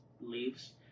leaves